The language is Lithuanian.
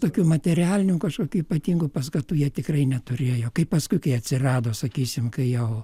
tokių materialinių kažkokių ypatingų paskatų jie tikrai neturėjo kaip paskui kai atsirado sakysim kai jau